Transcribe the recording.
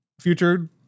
future